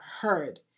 heard